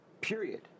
period